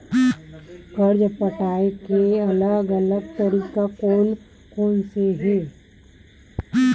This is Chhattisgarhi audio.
कर्जा पटाये के अलग अलग तरीका कोन कोन से हे?